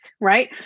right